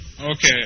Okay